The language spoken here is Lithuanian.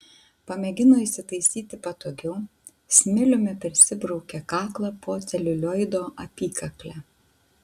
pamėgino įsitaisyti patogiau smiliumi persibraukė kaklą po celiulioido apykakle